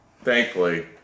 thankfully